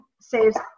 saves